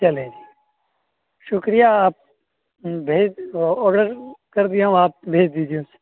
چلیں جی شکریہ آپ بھیج آڈر کر دیا ہوں آپ بھیج دیجیے اسے